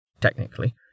technically